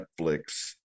Netflix